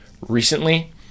recently